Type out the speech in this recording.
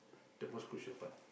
the most crucial part